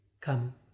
come